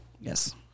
Yes